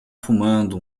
fumando